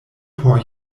por